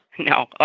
No